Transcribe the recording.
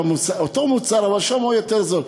אותו מוצר, אבל שם הוא יותר זול.